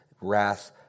wrath